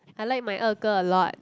I like my 二哥 a lot